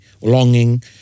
longing